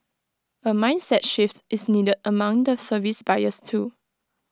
A mindset shift is needed among the service buyers too